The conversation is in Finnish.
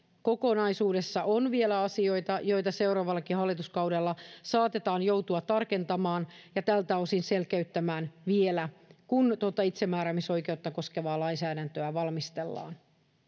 kokonaisuudessa on vielä asioita joita seuraavallakin hallituskaudella saatetaan joutua tarkentamaan ja tältä osin selkeyttämään vielä kun tuota itsemääräämisoikeutta koskevaa lainsäädäntöä valmistellaan